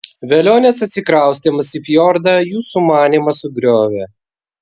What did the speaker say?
velionės atsikraustymas į fjordą jų sumanymą sugriovė